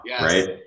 right